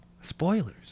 Spoilers